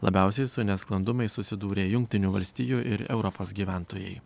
labiausiai su nesklandumais susidūrė jungtinių valstijų ir europos gyventojai